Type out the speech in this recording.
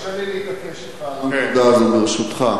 תרשה לי להתעקש אתך על הנקודה הזאת, ברשותך.